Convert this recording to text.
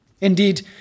Indeed